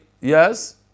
Yes